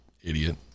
idiot